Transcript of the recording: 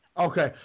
Okay